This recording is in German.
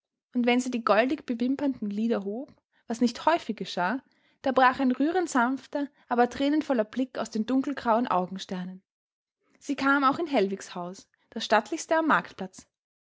und wenn sie die goldig bewimperten lider hob was nicht häufig geschah da brach ein rührend sanfter aber thränenvoller blick aus den dunkelgrauen augensternen sie kam auch in hellwigs haus das stattlichste am marktplatz